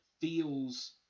feels